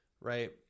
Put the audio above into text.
right